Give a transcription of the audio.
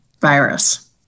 virus